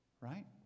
right